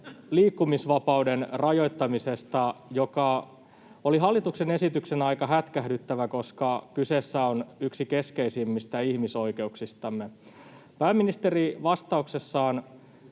liikkumisvapauden rajoittamisesta, joka oli hallituksen esityksenä aika hätkähdyttävä, koska kyseessä on yksi keskeisimmistä ihmisoikeuksistamme. Pääministeri vastauksessaan